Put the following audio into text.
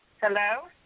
Hello